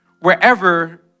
wherever